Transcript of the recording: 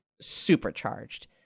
supercharged